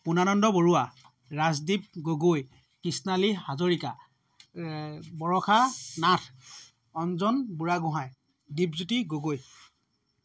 Purnananda Barua Rajdweep Gogoi Krishnali Hazarika Barsha Nath Anjan Burhagohain